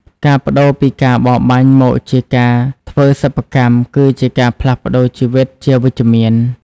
ការប្តូរពីការបរបាញ់មកជាការធ្វើសិប្បកម្ម គឺជាការផ្លាស់ប្តូរជីវិតជាវិជ្ជមាន។